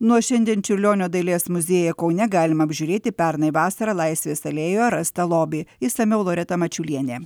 nuo šiandien čiurlionio dailės muziejuje kaune galima apžiūrėti pernai vasarą laisvės alėjoje rasta lobį išsamiau loreta mačiulienė